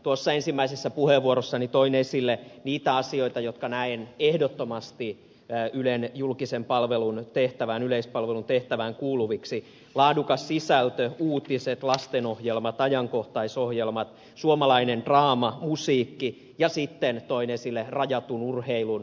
tuossa ensimmäisessä puheenvuorossani toin esille niitä asioita jotka näen ehdottomasti ylen julkisen palvelun tehtävään yleispalvelun tehtävään kuuluviksi laadukas sisältö uutiset lastenohjelmat ajankohtaisohjelmat suomalainen draama musiikki ja sitten toin esille rajatun urheilun